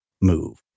move